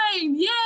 yay